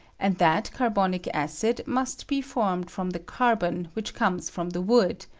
and that carbonic acid must be formed from the carbon which comes from the wood,